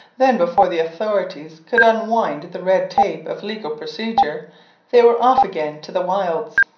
then before the authorities could unwind the red tape of legal procedure they were off again to the wilds.